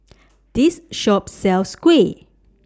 This Shop sells Kuih